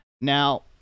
Now